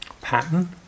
pattern